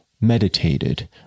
meditated